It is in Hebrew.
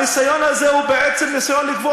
הניסיון הזה הוא בעצם ניסיון לקבוע